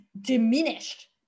diminished